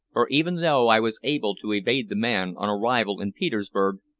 for even though i was able to evade the man on arrival in petersburg,